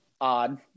odd